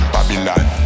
Babylon